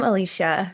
Alicia